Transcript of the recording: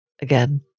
again